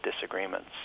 disagreements